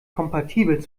kompatibel